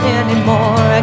anymore